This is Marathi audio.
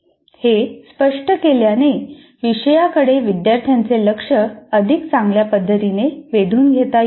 हे स्पष्ट केल्याने विषयाकडे विद्यार्थ्यांचे लक्ष अधिक चांगल्या पद्धतीने वेधून घेता येईल